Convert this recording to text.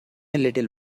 little